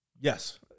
Yes